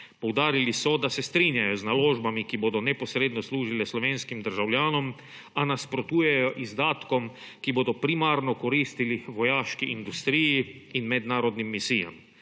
Poudarili so, da se strinjajo z naložbami, ki bodo neposredno služile slovenskim državljanom, a nasprotujejo izdatkom, ki bodo primarno koristili vojaški industriji in mednarodnim misijam.